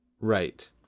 Right